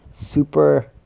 super